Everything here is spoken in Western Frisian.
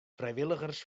frijwilligers